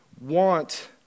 want